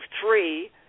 three